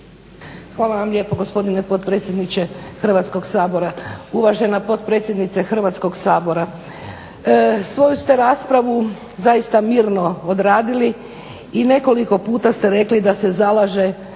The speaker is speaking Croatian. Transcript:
Hvala lijepo gospodine potpredsjedniče Hrvatskoga sabora. Uvažena potpredsjednice Hrvatskog sabora, svoju ste raspravu zaista mirno odradili i nekoliko puta ste rekli da se zalažete